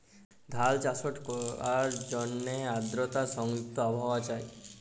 ধাল চাষট ক্যরার জ্যনহে আদরতা সংযুক্ত আবহাওয়া চাই